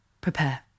prepare